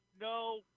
no